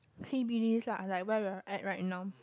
C_B_Ds lah like where we are at right now